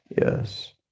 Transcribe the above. Yes